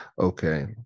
Okay